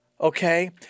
Okay